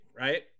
right